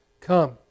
come